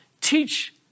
teach